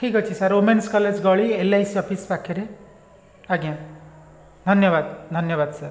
ଠିକ୍ ଅଛି sir women's college ଗଳି ଏଲ୍ ଆଇ ସି ଅଫିସ୍ ପାଖରେ ଆଜ୍ଞା ଧନ୍ୟବାଦ ଧନ୍ୟବାଦ ସାର୍